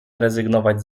rezygnować